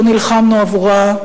לא נלחמנו עבורה,